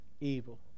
evil